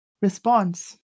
response